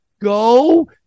Go